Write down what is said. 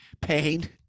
pain